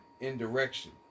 indirection